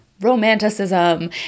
Romanticism